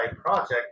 project